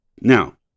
now